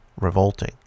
revolting